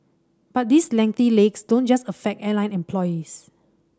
but these lengthy legs don't just affect airline employees